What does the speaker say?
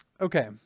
Okay